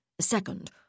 Second